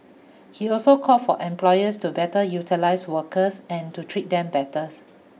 he also called for employers to better utilize workers and to treat them